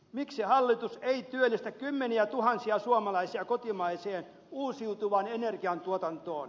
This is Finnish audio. miksi hallitus ei työllistä kymmeniätuhansia suomalaisia kotimaiseen uusiutuvaan energiantuotantoon